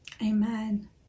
Amen